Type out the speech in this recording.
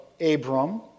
Abram